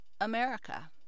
America